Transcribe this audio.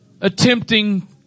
attempting